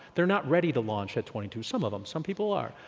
they're not ready to launch at twenty two. some of them, some people are.